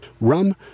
rum